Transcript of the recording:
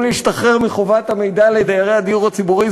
להשתחרר מחובת המידע לדיירי הדיור הציבורי,